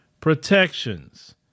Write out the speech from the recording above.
protections